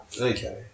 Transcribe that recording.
Okay